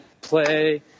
play